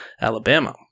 Alabama